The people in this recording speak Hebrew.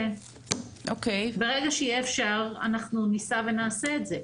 ברגע שיתאפשר אנחנו ניסע ונעשה את זה.